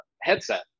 headset